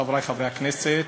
חברי חברי הכנסת,